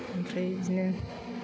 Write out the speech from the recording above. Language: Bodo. ओमफ्राय बिदिनो